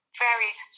varied